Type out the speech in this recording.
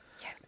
Yes